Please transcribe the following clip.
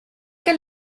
que